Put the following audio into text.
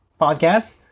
podcast